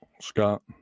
Scott